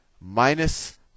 minus